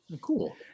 Cool